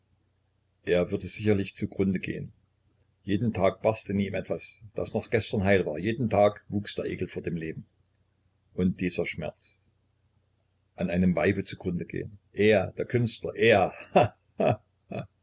er würde sicherlich zu grunde gehen jeden tag barst in ihm etwas das noch gestern heil war jeden tag wuchs der ekel vor dem leben und dieser schmerz an einem weibe zu grunde gehen er der künstler er